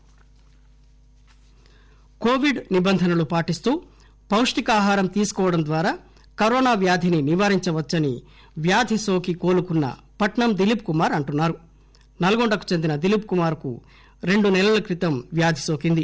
Nalgonda corona Covid నిబంధనలు పాటిస్తూ పొష్టికాహారం తీసుకోవడం ద్వారా కరోనా వ్యాధిని నివారించవచ్చని వ్యాధి నోకి కోలుకున్న పట్నం దిలీప్ కుమార్ అంటున్నారు నల్గొండకు చెంది దిల్లెప్ కుమార్ కు రెండు నెలల క్రితం తనకు వ్యాధి నోకింది